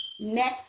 next